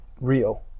real